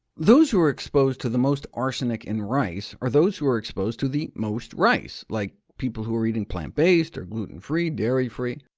those who are exposed to the most arsenic in rice are those who are exposed to the most rice, like people who are eating plant based or gluten-free, dairy-free.